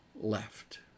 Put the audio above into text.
left